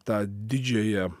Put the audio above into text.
tą didžiąją